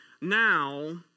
now